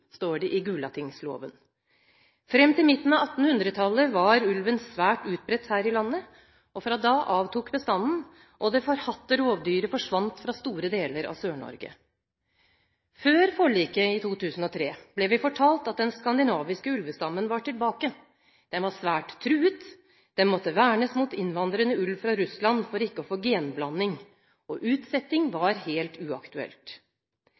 står det i Gulatingsloven. Fram til midten av 1800-tallet var ulven svært utbredt her i landet. Fra da avtok bestanden, og det forhatte rovdyret forsvant fra store deler av Sør-Norge. Før forliket i 2003 ble vi fortalt at den skandinaviske ulvestammen var tilbake, den var svært truet, den måtte vernes mot innvandrende ulv fra Russland for ikke å få genblanding, og utsetting var helt uaktuelt.